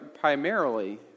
primarily